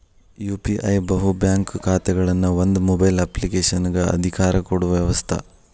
UPI ಬಹು bank ಖಾತೆಗಳನ್ನ ಒಂದ ಮೊಬೈಲ್ ಅಪ್ಲಿಕೇಶನಗ ಅಧಿಕಾರ ಕೊಡೊ ವ್ಯವಸ್ತ